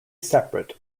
separate